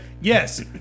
Yes